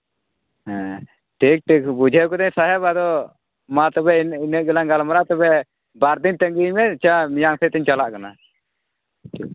ᱦᱮᱸ ᱴᱷᱤᱠ ᱴᱷᱤᱠ ᱵᱩᱡᱷᱟᱹᱣ ᱠᱤᱫᱟᱹᱧ ᱥᱟᱦᱮᱵᱽ ᱟᱫᱚ ᱢᱟ ᱛᱚᱵᱮ ᱤᱱᱟᱹ ᱜᱮᱞᱟᱝ ᱜᱟᱞᱢᱟᱨᱟᱣᱟ ᱛᱚᱵᱮ ᱵᱟᱨᱫᱤᱱ ᱛᱟᱹᱜᱤ ᱢᱮ ᱟᱪᱪᱷᱟ ᱢᱮᱭᱟᱝ ᱥᱮᱫ ᱛᱤᱧ ᱪᱟᱞᱟᱜ ᱠᱟᱱᱟ